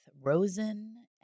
Rosen